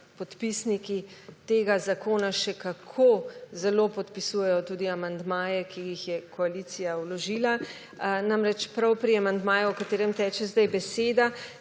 podpisniki tega zakona še kako zelo podpisujejo tudi amandmaje, ki jih je koalicija vložila. Namreč prav pri amandmaju o katerem teče zdaj beseda,